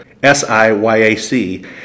SIYAC